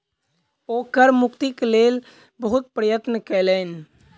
ओ कर मुक्तिक लेल बहुत प्रयत्न कयलैन